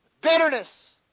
bitterness